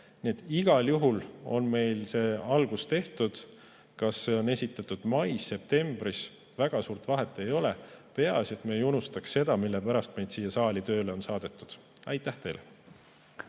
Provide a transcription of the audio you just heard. et igal juhul on meil algus tehtud. Kas see on esitatud mais või septembris, väga suurt vahet ei ole. Peaasi, et me ei unustaks seda, mille pärast meid siia saali tööle on saadetud. Aitäh teile!